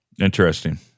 Interesting